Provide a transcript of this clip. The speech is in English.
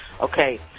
Okay